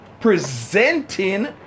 presenting